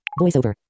VoiceOver